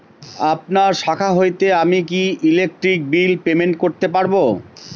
আপনার শাখা হইতে আমি কি ইলেকট্রিক বিল পেমেন্ট করতে পারব?